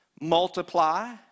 Multiply